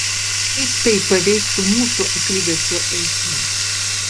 kaip tai paveiktų mūsų akligatvio eismą